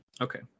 Okay